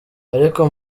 ariko